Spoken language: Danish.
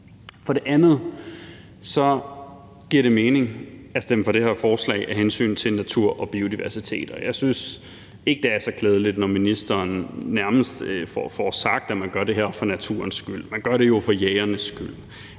for det her forslag af hensyn til natur og biodiversitet. Jeg synes ikke, det er så klædeligt, når ministeren nærmest får sagt, at man gør det her for naturens skyld. Man gør det jo for jægernes skyld.